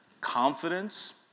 confidence